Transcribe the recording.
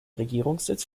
regierungssitz